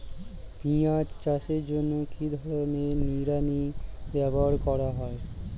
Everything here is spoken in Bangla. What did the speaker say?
পিঁয়াজ চাষের জন্য কি ধরনের নিড়ানি ব্যবহার করা হয়?